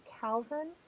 Calvin